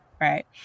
right